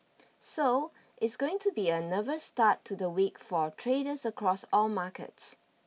so it's going to be a nervous start to the week for traders across all markets